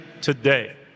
today